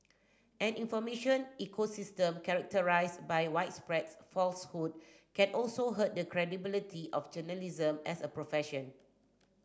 an information ecosystem characterised by widespread falsehood can also hurt the credibility of journalism as a profession